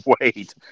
wait